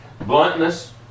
Bluntness